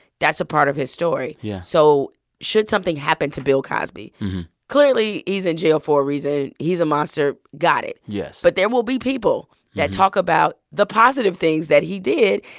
that's a part of his story yeah so should something happen to bill cosby clearly, he's in jail for a reason. he's a monster got it yes but there will be people that talk about the positive things that he did.